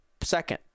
second